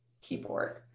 keyboard